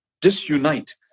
disunite